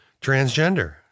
transgender